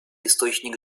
источник